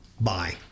Bye